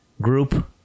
group